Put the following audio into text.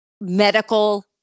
medical